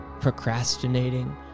procrastinating